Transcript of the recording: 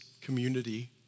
community